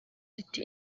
riti